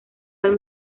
del